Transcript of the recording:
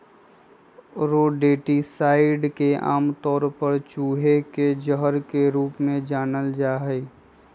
rodenticides के आमतौर पर चूहे के जहर के रूप में जानल जा हई